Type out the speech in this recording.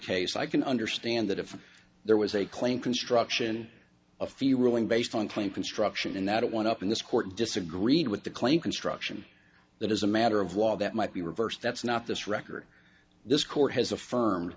case i can understand that if there was a claim construction a few ruling based on point construction and that it went up in this court disagreed with the claim construction that is a matter of law that might be reversed that's not this record this court has